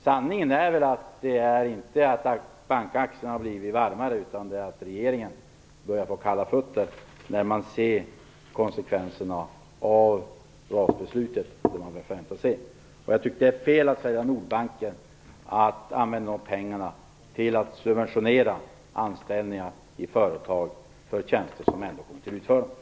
Sanningen är väl att bankaktierna inte har blivit varmare utan att regeringen börjar få kalla fötter när den ser konsekvenserna av RAS-beslutet. Jag tycker att det är fel att sälja Nordbanken för att använda de pengarna till att subventionera anställningar i företag för tjänster som ändå kommer till utförande.